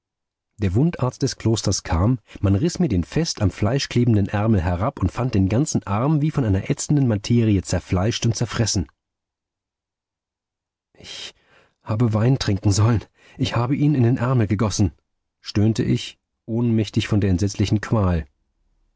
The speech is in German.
der wundarzt des klosters kam man riß mir den fest am fleisch klebenden ärmel herab und fand den ganzen arm wie von einer ätzenden materie zerfleischt und zerfressen ich habe wein trinken sollen ich habe ihn in den ärmel gegossen stöhnte ich ohnmächtig von der entsetzlichen qual